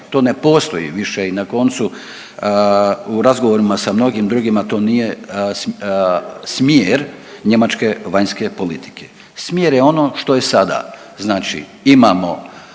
to ne postoji više i na koncu i razgovorima sa mnogim drugima to nije smjer njemačke vanjske politike. Smjer je ono što je sada. Znači imamo